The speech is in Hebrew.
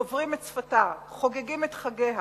דוברים את שפתה, חוגגים את חגיה